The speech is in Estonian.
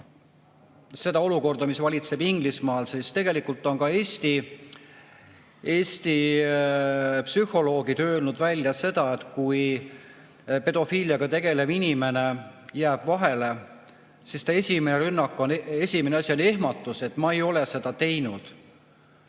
seda olukorda, mis valitseb Inglismaal. Tegelikult on ka Eesti psühholoogid välja öelnud, et kui pedofiiliaga tegelev inimene jääb vahele, siis esimene asi on ehmatus, et ma ei ole seda teinud.